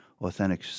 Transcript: Authentic